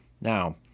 Now